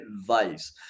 advice